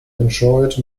enjoyed